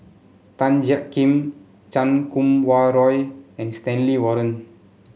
Tan Jiak Kim Chan Kum Wah Roy and Stanley Warren